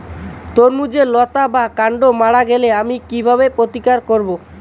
তরমুজের লতা বা কান্ড মারা গেলে আমি কীভাবে প্রতিকার করব?